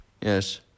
yes